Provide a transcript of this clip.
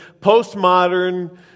postmodern